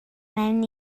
mewn